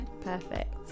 Perfect